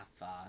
half